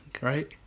right